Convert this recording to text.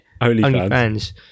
OnlyFans